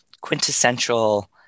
quintessential